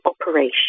operation